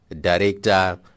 director